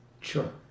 Sure